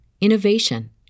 innovation